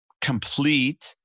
complete